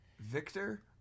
Victor